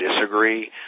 disagree